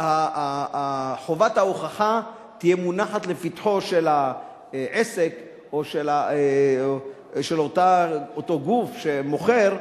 חובת ההוכחה תהיה מונחת לפתחו של העסק או של אותו גוף שמוכר,